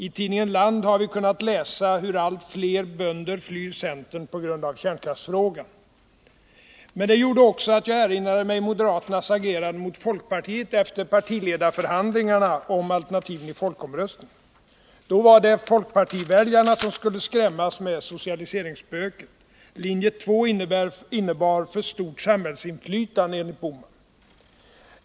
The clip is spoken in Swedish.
I tidningen Land har vi kunnat läsa hur allt fler bönder flyr centern på grund av kärnkraftsfrågan. Men det gjorde också att jag erinrade mig moderaternas agerande mot folkpartiet efter partiledarförhandlingarna om alternativen i folkomröstningen. Då var det folkpartiväljarna som skulle skrämmas med socialiseringsspöket. Linje 2 innebar för stort samhällsinflytande enligt Gösta Bohman.